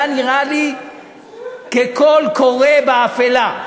כקול קורא באפלה.